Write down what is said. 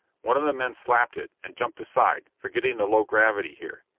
one of the men slapped it, and jumped aside, forgetting the low gravity here.